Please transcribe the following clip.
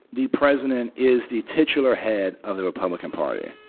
the president is the titular head of the republican party